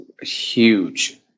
huge